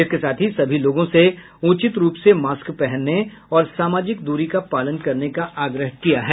इसके साथ ही सभी लोगों से उचित रूप से मास्क पहनने और सामाजिक दूरी का पालन करने का आग्रह किया है